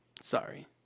Sorry